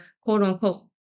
quote-unquote